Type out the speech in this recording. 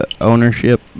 ownership